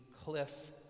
Cliff